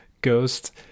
ghost